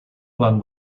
one